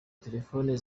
telefoni